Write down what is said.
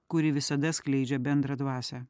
kuri visada skleidžia bendrą dvasią